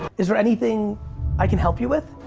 is there anything i can help you with?